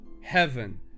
heaven